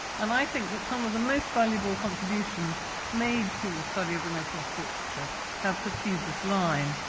and i think that some of the most valuable contributions made to the study of renaissance portraiture have pursued this line.